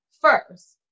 first